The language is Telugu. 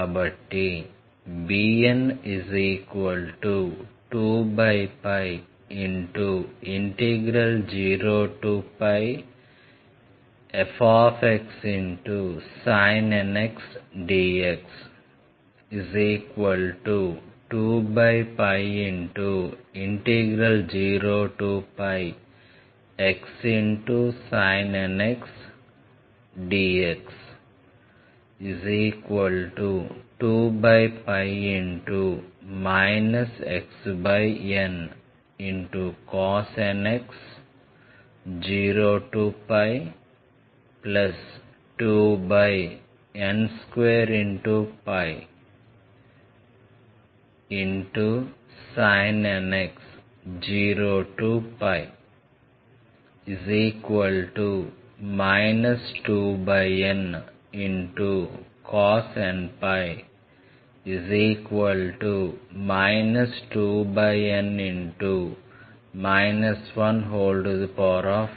కాబట్టి bn20fxsin nx dx20xsin nx dx2 xncos nx 02n2sin nx 0 2ncos nπ 2n 1n